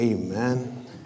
Amen